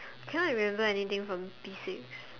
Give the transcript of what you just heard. cannot remember anything from P six